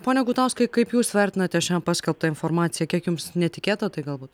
pone gutauskai kaip jūs vertinate šią paskelbtą informaciją kiek jums netikėta tai galbūt